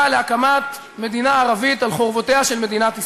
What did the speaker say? להקמת מדינה ערבית על חורבותיה של מדינת ישראל.